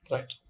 Right